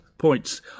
points